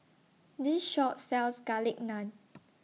This Shop sells Garlic Naan